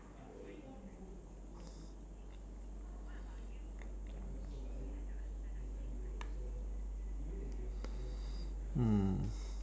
hmm